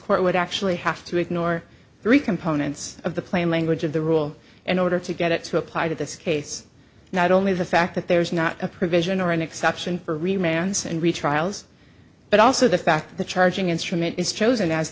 court would actually have to ignore three components of the plain language of the rule in order to get it to apply to this case not only the fact that there's not a provision or an exception for remains and retrials but also the fact the charging instrument is chosen as